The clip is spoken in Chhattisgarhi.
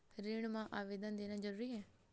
ऋण मा आवेदन देना जरूरी हे?